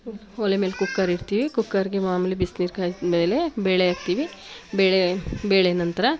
ಒಲೆ ಮೇಲೆ ಕುಕ್ಕರ್ ಇಡ್ತೀವಿ ಕುಕ್ಕರ್ಗೆ ಮಾಮೂಲಿ ಬಿಸ್ನೀರು ಕಾಯಿಸಿದ್ಮೇಲೆ ಬೇಳೆ ಹಾಕ್ತೀವಿ ಬೇಳೆ ಬೇಳೆ ನಂತರ